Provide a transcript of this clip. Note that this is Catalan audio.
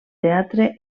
teatre